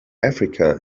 africa